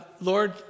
Lord